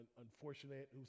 unfortunate